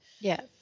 Yes